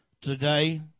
today